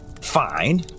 fine